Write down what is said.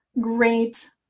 Great